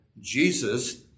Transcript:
Jesus